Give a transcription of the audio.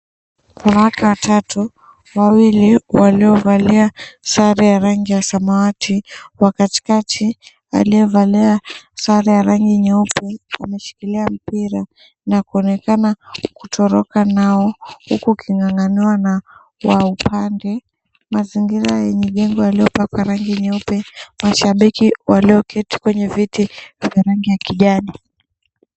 Wanawake watatu, wawili waliovalia sare ya rangi ya samawati, wa katikati aliyevalia sare ya rangi nyeupe ameshikilia mpira na kuonekana kutoroka nao, huku uking'ang'aniwa na wa upande. Mazingira yenye jengo yaliyopakwa rangi nyeupe. Mashabiki walioketi kwenye viti vya rangi ya kijani.